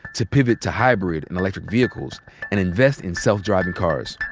to pivot to hybrid and electric vehicles and invest in self-driving cars.